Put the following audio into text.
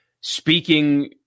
speaking –